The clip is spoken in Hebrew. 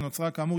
שנוצרה כאמור,